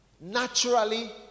naturally